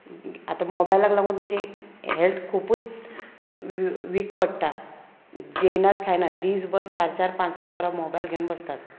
आतां मोबायलाक लागून तेंची हेल्थ खुबूच वीक पडटा जेयनात खायनात दीसभर चार चार पांच पांच वरां मोबायल घेवन बसतात